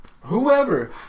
Whoever